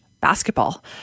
Basketball